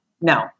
No